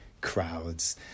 crowds